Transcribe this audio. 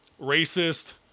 racist